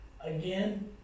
again